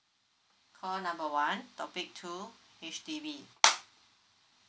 call number one topic two H_D_B